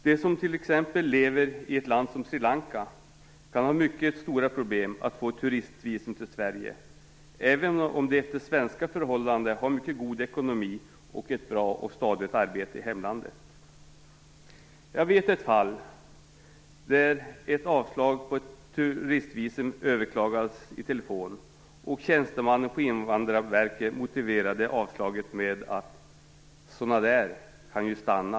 De som t.ex. lever i ett land som Sri Lanka kan ha mycket stora problem med att få ett turistvisum till Sverige, även om de jämfört med svenska förhållanden har en mycket god ekonomi och ett bra och stadigt arbete i hemlandet. Jag vet ett fall där ett avslag på en ansökan om turistvisum överklagades på telefon. Tjänstemannen på Invandrarverket motiverade avslaget med att säga: Sådana där kan ju stanna.